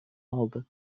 aldı